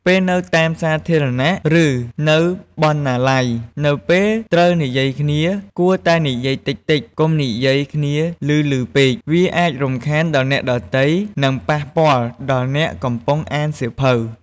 ពេលនៅតាមទីសាធារណៈ ឬ នៅបណ្តាល័យ ពេលដែលត្រូវនិយាយគ្នា គួរតែនិយាយតិចៗ កុំនិយាយគ្នាឮៗពេក វាអាចរំខានដល់អ្នកដទៃ និង ប៉ះពាល់ដល់អ្នកកំពុងអានសៀវភៅ។